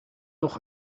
nog